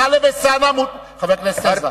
לחבר הכנסת טלב אלסאנע מותר לדבר דקה בלי שיפריעו לו.